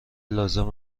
لازم